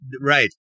right